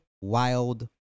wild